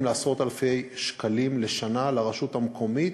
לעשרות אלפי שקלים לשנה לרשות המקומית,